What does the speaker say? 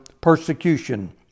persecution